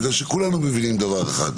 כולנו מבינים דבר אחד,